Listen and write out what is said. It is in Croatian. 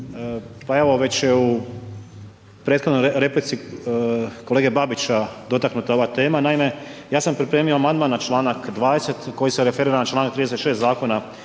pa evo već u prethodnoj replici kolege Babića dotaknuta je ova tema, naime, ja sam pripremio amandman na članak 20. koji se referira na članak 36. zakona